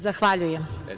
Zahvaljujem.